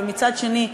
ומצד שני,